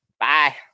bye